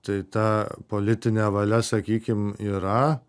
tai ta politinė valia sakykim yra